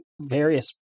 various